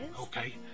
Okay